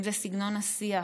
אם זה סגנון השיח,